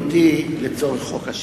הלא-פשוט של מיהו יהודי לצורך חוק השבות.